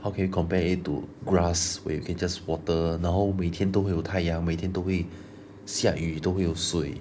how can you compare it to grass where you can just water 然后每天都会有太阳每天都会下雨都会有水